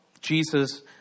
Jesus